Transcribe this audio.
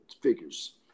figures